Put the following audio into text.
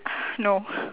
no